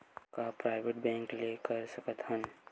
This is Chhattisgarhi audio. का प्राइवेट बैंक ले कर सकत हन?